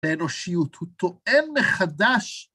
האנושיות, הוא טועם מחדש.